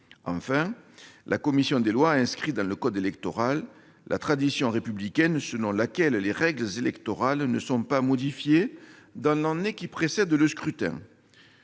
Enfin, la commission des lois a inscrit dans le code électoral la tradition républicaine selon laquelle les règles électorales ne sont pas modifiées dans l'année qui précède le scrutin.